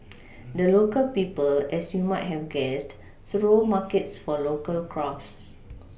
the local people as you might have guessed throw markets for local crafts